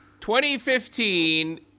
2015